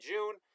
June